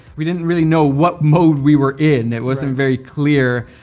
we didn't really know what mode we were in it wasn't very clear.